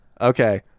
Okay